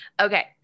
okay